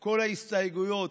כל ההסתייגויות,